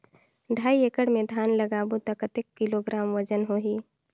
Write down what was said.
ढाई एकड़ मे धान लगाबो त कतेक किलोग्राम वजन होही?